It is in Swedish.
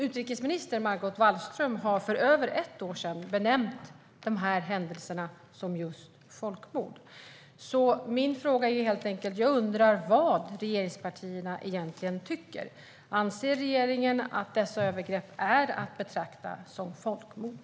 Utrikesminister Margot Wallström har för över ett år sedan benämnt de här händelserna som just folkmord. Min fråga är helt enkelt: Jag undrar vad regeringspartierna egentligen tycker. Anser regeringen att dessa övergrepp är att betrakta som folkmord?